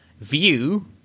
view